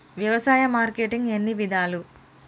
వ్యవసాయ మార్కెటింగ్ ఎన్ని విధాలు?